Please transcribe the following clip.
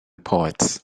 poets